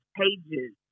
pages